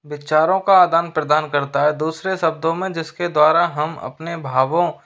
विचारों का आदान प्रदान करता है दूसरे शब्दों में जिस के द्वारा हम अपने भावों